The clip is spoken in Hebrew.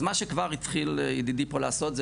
אז מה שכבר התחיל פה ידידי לעשות,